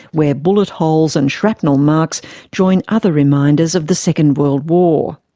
where bullet holes and shrapnel marks join other reminders of the second world war.